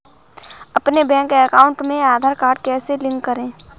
अपने bank account में Aadhaar card कैसे लिंक करें?